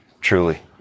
Truly